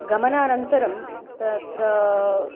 गमनान्तरं तत्र